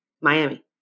Miami